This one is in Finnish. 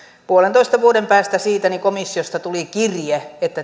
puolentoista vuoden päästä sieltä komissiosta tuli kirje että